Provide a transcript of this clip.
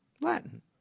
Latin